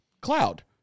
cloud